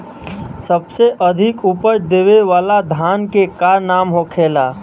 सबसे अधिक उपज देवे वाला धान के का नाम होखे ला?